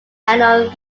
annual